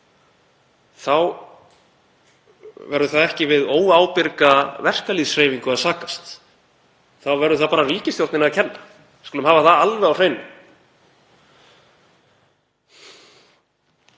þá verður ekki við óábyrga verkalýðshreyfingu að sakast. Þá verður það bara ríkisstjórninni að kenna. Við skulum hafa það alveg á hreinu.